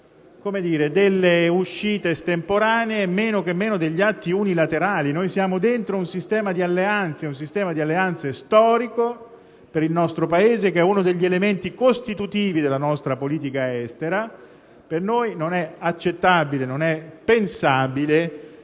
internazionale, delle uscite estemporanee e, men che meno, degli atti unilaterali. Siamo dentro un sistema di alleanze storico per il nostro Paese, che è uno degli elementi costituivi della nostra politica estera. Per noi non è accettabile e pensabile